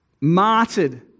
martyred